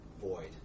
void